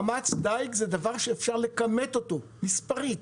מאמץ דיג הוא דבר שאפשר לכמת אותו מספרית.